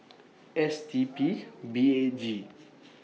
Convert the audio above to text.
S T P B eight G